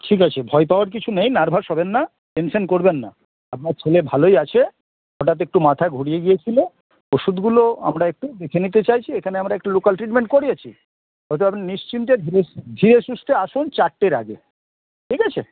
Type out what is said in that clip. ঠিক আছে ভয় পাওয়ার কিছু নেই নার্ভাস হবেন না টেনশান করবেন না আপনার ছেলে ভালোই আছে হঠাৎ একটু মাথা ঘুরে গিয়েছিলো ওষুধগুলো আমরা একটু দেখে নিতে চাইছি এখানে আমরা একটু লোকাল ট্রিটমেন্ট করিয়েছি অতএব আপনি নিশ্চিন্তে ধীরে সুস্থে আসুন চারটের আগে ঠিক আছে